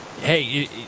hey